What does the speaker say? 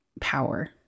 power